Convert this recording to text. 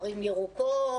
ערים ירוקות,